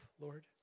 Lord